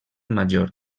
major